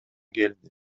келди